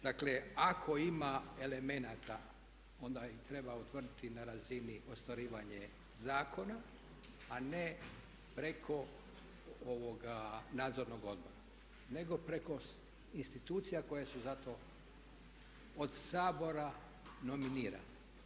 Dakle, ako ima elemenata onda ih treba utvrditi na razini ostvarivanja zakona, a ne preko nadzornog odbora nego preko institucija koje su za to od Sabora nominirane.